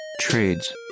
trades